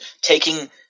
taking